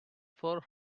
four